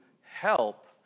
help